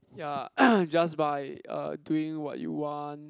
ya just by <(uh) doing what you want